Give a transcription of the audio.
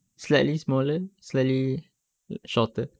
slightly smaller slightly err shorter